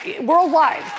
worldwide